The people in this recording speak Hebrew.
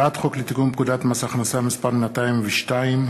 הצעת חוק לתיקון פקודת מס הכנסה (מס' 202),